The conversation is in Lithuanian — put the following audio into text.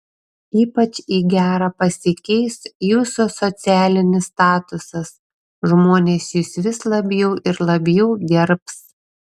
ypač į gerą pasikeis jūsų socialinis statusas žmonės jus vis labiau ir labiau gerbs